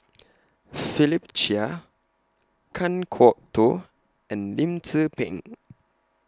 Philip Chia Kan Kwok Toh and Lim Tze Peng